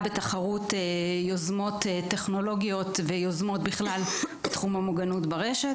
בתחרות יוזמות טכנולוגיות בתחום המוגנות ברשת.